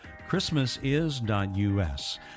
christmasis.us